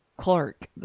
clark